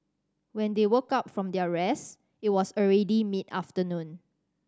when they woke up from their rest it was already mid afternoon